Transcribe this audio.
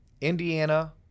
Indiana